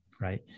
right